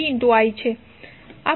i છે